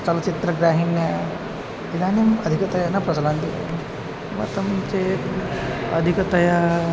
चलच्चित्रग्राहिण्यः इदानीम् अधिकतया न प्रचलन्ति किमर्थं चेत् अधिकतया